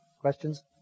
Questions